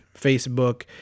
Facebook